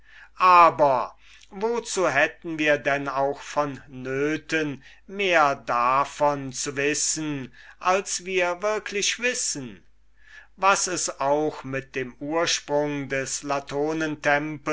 aber wozu hätten wir denn auch vonnöten mehr davon zu wissen als wir wirklich wissen was es auch mit dem ursprung des